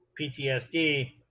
PTSD